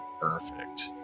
Perfect